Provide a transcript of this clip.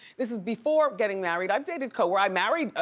this is before getting married, i've dated co-workers, i married,